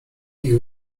ich